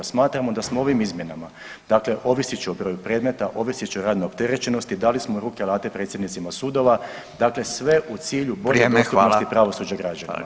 Smatramo da smo ovim izmjenama, dakle oviseći o broju predmeta, oviseći o radnoj opterećenosti dali smo u ruke alate predsjednicima sudova dakle sve u cilju bolje dostupnosti pravosuđa građanima.